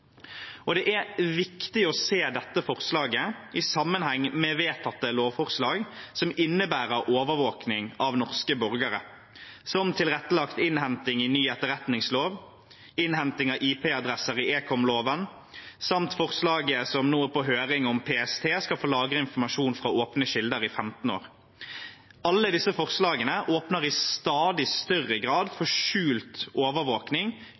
Det er viktig å se dette forslaget i sammenheng med vedtatte lovforslag som innebærer overvåkning av norske borgere, som tilrettelagt innhenting i ny etterretningslov, innhenting av IP-adresser ved ekomloven samt forslaget som nå er på høring om at PST skal få lagre informasjon fra åpne kilder i 15 år. Alle disse forslagene åpner i stadig større grad for skjult overvåkning uten forhåndskontroll. Denne glidende effekten av stadig mer overvåkning